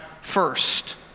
first